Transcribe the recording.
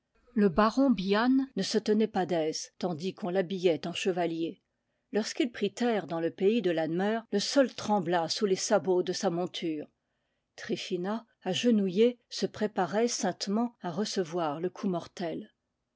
le baron bihan ne se tenait pas d'aise tandis qu'on l'ha billait en chevalier lorsqu'il prit terre dans le pays de lan meur le sol trembla sous les sabots de sa monture tryphina agenouillée se préparait saintement à recevoir le coup mortel